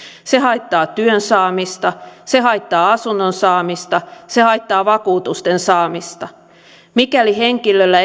se haittaa työn saamista se haittaa asunnon saamista se haittaa vakuutusten saamista mikäli henkilöllä